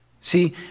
See